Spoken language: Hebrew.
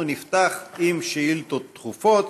נפתח בשאילתות דחופות.